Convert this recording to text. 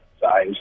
size